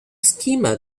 schema